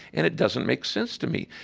and it doesn't make sense to me.